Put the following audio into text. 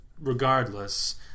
regardless